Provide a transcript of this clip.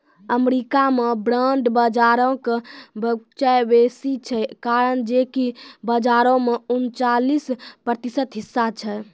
America मे bond बजारो के वर्चस्व बेसी छै, कारण जे कि बजारो मे उनचालिस प्रतिशत हिस्सा छै